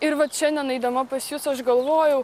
ir vat šiandien eidama pas jus aš galvojau